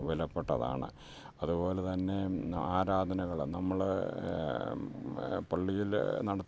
വിലപ്പെട്ടതാണ് അതു പോലെ തന്നെ ആരാധനകൾ നമ്മൾ പള്ളിയിൽ നടത്തുന്ന